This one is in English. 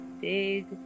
Big